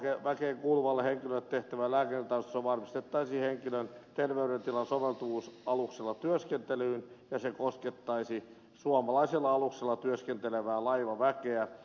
laivaväkeen kuuluvalle henkilölle tehtävällä lääkärintarkastuksella varmistettaisiin henkilön terveydentilan soveltuvuus aluksella työskentelyyn ja se koskettaisi suomalaisella aluksella työskentelevää laivaväkeä